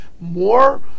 more